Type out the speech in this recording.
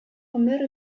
гомер